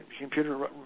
computer